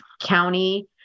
county